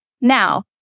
Now